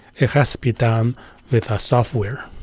it has to be done with a software.